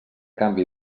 canvi